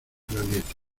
planeta